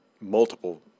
multiple